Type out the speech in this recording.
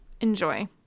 enjoy